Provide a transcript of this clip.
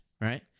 right